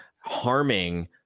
harming